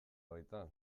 baita